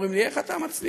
ואומרים לי: איך אתה מצליח?